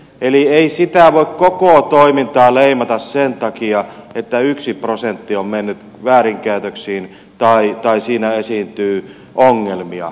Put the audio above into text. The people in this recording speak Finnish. eli ei sitä koko toimintaa voi leimata sen takia että yksi prosentti on mennyt väärinkäytöksiin tai siinä esiintyy ongelmia